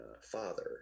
father